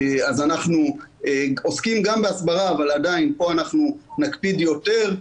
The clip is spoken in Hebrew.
אנחנו עוסקים גם בהסברה אבל עדיין כאן אנחנו נקפיד יותר.